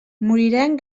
moriran